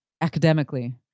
academically